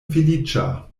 feliĉa